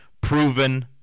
proven